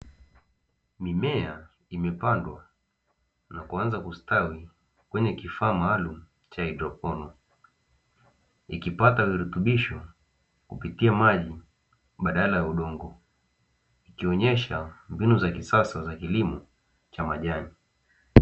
Mimea imepandwa na kuanza kustawi kwenye kifaa maalum nikipata virutubisho kupitia maji badala ya udongo jionyesha mbinu za kisasa za kilimo cha majani.